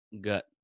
gut